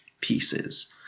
pieces